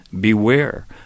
Beware